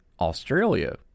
Australia